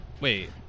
Wait